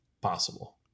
Possible